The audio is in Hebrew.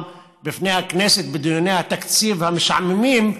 בפני הכנסת בדיוני התקציב המשעממים,